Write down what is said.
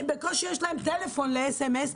בקושי יש להם טלפון לסמ"ס,